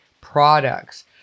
products